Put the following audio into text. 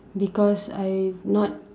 because I not